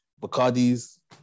Bacardi's